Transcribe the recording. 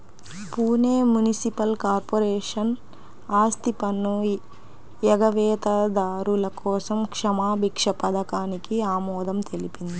Pune municipal corporation ఆస్తిపన్ను ఎగవేతదారుల కోసం క్షమాభిక్ష పథకానికి ఆమోదం తెలిపింది